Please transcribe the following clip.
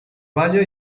balla